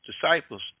disciples